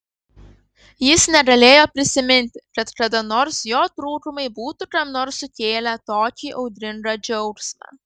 jis negalėjo prisiminti kad kada nors jo trūkumai būtų kam nors sukėlę tokį audringą džiaugsmą